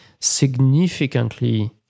significantly